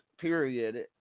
period